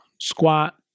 squat